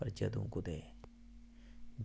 पर जदूं कुदै